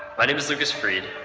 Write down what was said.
my name is lucas fried,